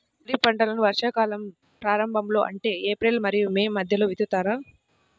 ఖరీఫ్ పంటలను వర్షాకాలం ప్రారంభంలో అంటే ఏప్రిల్ మరియు మే మధ్యలో విత్తుతారు